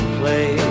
play